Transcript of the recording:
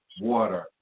water